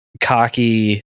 cocky